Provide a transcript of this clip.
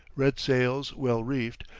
red sails well reefed,